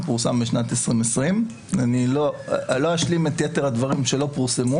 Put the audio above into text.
הוא פורסם בשנת 2020. אני לא אשלים את יתר הדברים שלא פורסמו